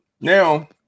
Now